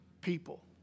people